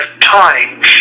time